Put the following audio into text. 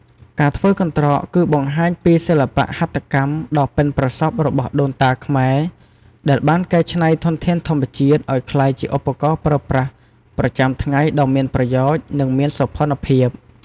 ការធ្វើកន្រ្តក គឺបង្ហាញពីសិល្បៈហត្ថកម្មដ៏ប៉ិនប្រសប់របស់ដូនតាខ្មែរ ដែលបានកែច្នៃធនធានធម្មជាតិឱ្យក្លាយជាឧបករណ៍ប្រើប្រាស់ប្រចាំថ្ងៃដ៏មានប្រយោជន៍ និងមានសោភ័ណភាព។